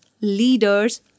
leaders